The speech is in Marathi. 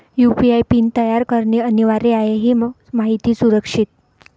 यू.पी.आय पिन तयार करणे अनिवार्य आहे हे माहिती सुरक्षित